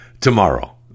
tomorrow